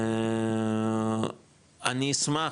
אני אשמח,